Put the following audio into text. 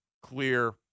Clear